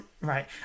right